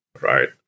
right